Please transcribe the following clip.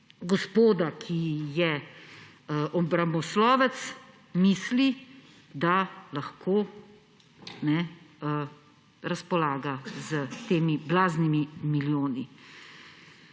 gospoda, ki je obramboslovec, in misli, da lahko razpolaga s temi blaznimi milijoni.